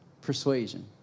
persuasion